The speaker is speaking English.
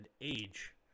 age